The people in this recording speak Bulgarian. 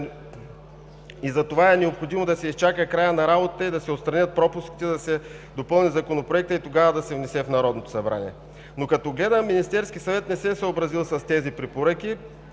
Затова е необходимо да се изчака краят на работата и да се отстранят пропуските, да се допълни Законопроекта и тогава да се внесе в Народното събрание. Като гледам Министерският съвет не се е съобразил с тези препоръки